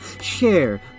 Share